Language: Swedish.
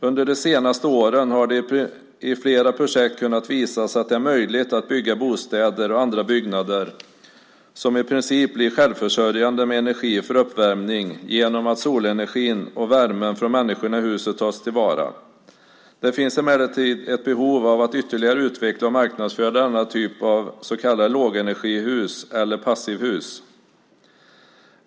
Under de senaste åren har det i flera projekt kunnat visas att det är möjligt att bygga bostäder och andra byggnader som i princip blir självförsörjande med energi för uppvärmning genom att solenergin och värmen från människorna i huset tas till vara. Det finns emellertid ett behov av att ytterligare utveckla och marknadsföra denna typ av så kallade lågenergihus eller passivhus.